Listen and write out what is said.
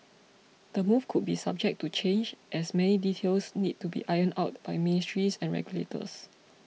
the move could be subject to change as many details need to be ironed out by ministries and regulators